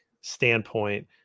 standpoint